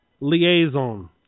liaison